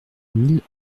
mille